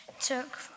took